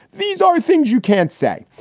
these are things you can't say.